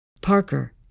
Parker